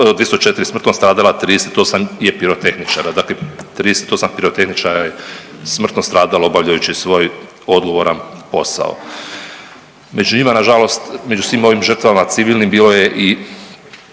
204 smrtno stradala, a 38 je pirotehničara. Dakle, 38 pirotehničara je smrtno stradalo obavljajući svoj odgovoran posao. Među njima nažalost, među svim ovim žrtvama civilnim bilo je i